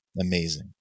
Amazing